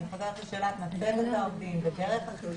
אני חוזרת לשאלת מצבת העובדים, ודרך החישוב.